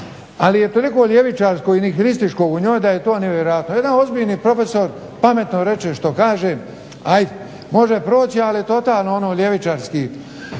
ali je toliko ljevičarskog i .../Govornik se ne razumije./… da je to nevjerojatno. Jedan ozbiljan profesor pametno reće što kaže, ajd može proći ali je totalno ono ljevičarski